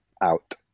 out